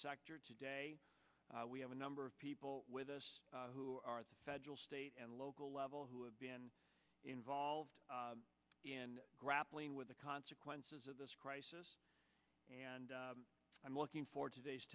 sector today we have a number of people with us who are the federal state and local level who have been involved in grappling with the consequences of this crisis and i'm looking for today's